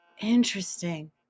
Interesting